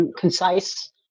concise